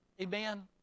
Amen